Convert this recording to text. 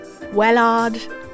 wellard